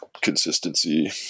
consistency